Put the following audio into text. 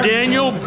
Daniel